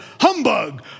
Humbug